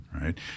right